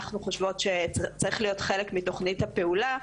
שאנחנו חושבות שצריך להיות חלק מתוכנית הפעולה,